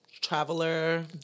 traveler